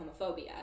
homophobia